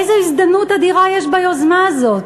איזה הזדמנות אדירה יש ביוזמה הזאת.